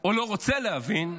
או לא רוצה להבין,